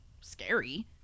scary